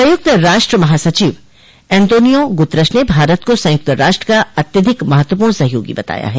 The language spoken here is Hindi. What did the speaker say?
संयुक्त राष्ट्र महासचिव एंतोनियो गुतरश ने भारत को संयुक्त राष्ट्र का अत्यधिक महत्वपूर्ण सहयोगी बताया है